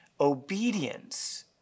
obedience